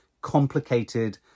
complicated